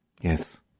Yes